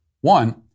One